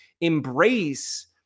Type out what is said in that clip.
embrace